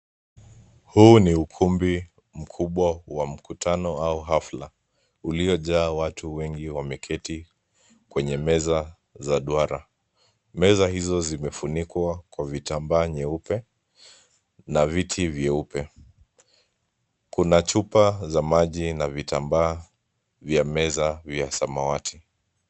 Huu ni ukumbi mkubwa wa mkutano au hafla uliojaa watu wengi wameketi kwenye meza za duara. Meza hizo zimefunikwa kwa vitambaa nyeupe na viti vyeupe. Kuna chupa za maji na vitambaa vya meza vya samawati .